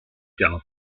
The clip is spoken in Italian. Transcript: piano